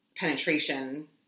penetration